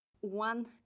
One